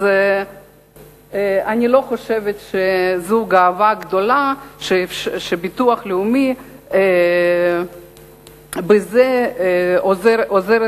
אז אני לא חושבת שזו גאווה גדולה שהביטוח הלאומי עוזר בזה לקשישים.